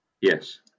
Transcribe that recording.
Yes